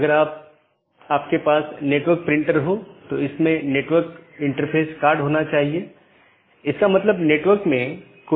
जैसा कि हमने पाथ वेक्टर प्रोटोकॉल में चर्चा की है कि चार पथ विशेषता श्रेणियां हैं